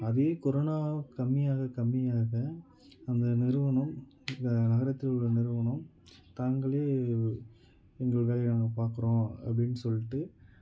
அதே கொரோனா கம்மியாக கம்மியாக அந்த நிறுவனம் நகரத்தில் உள்ள நிறுவனம் தாங்களே எங்கள் வேலையை நாங்கள் பார்க்குறோம் அப்படினு சொல்லிட்டு